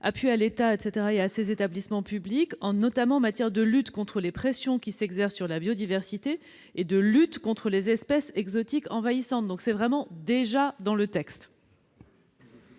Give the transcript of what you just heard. appui à l'État et à ses établissements publics [...], notamment en matière de lutte contre les pressions qui s'exercent sur la biodiversité, de lutte contre les espèces exotiques envahissantes ». Ce point figure donc déjà dans le texte.